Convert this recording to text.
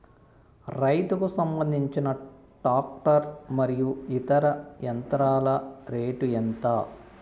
రైతుకు సంబంధించిన టాక్టర్ మరియు ఇతర యంత్రాల రేటు ఎంత?